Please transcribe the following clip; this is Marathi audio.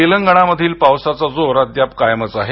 तेलंगणमधील पावसाचा जोर अद्याप कायमच आहे